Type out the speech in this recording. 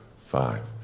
five